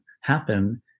happen